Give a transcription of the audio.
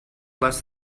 less